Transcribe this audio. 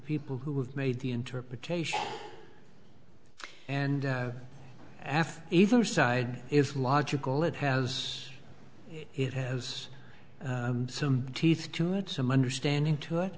people who have made the interpretation and after either side if logical it has it has some teeth to it some understanding to it